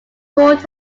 court